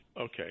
Okay